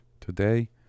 today